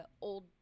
old